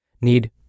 need